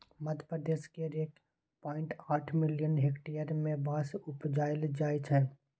मध्यप्रदेश केर एक पॉइंट आठ मिलियन हेक्टेयर मे बाँस उपजाएल जाइ छै